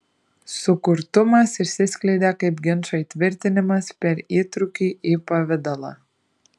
sukurtumas išsiskleidė kaip ginčo įtvirtinimas per įtrūkį į pavidalą